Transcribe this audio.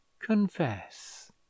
confess